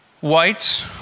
white